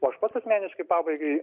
o aš pats asmeniškai pabaigai